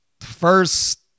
first